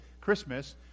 Christmas